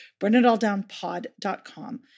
burnitalldownpod.com